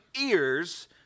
ears